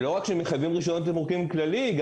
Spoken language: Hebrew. לא רק שמחייבים רישיון תמרוקים כללי אלא